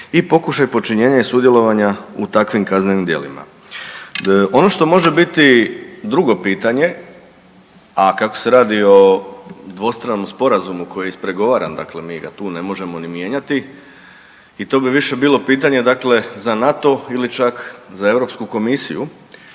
i pokušaj počinjenja i sudjelovala u takvim kaznenim djelima. Ono što može biti drugo pitanje, a kako se radi o dvostranom sporazumu koji je ispregovaran, dakle mi ga tu ne možemo ni mijenjati, i to bi više bilo pitanje dakle za NATO ili čak za EU komisiju,